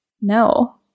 no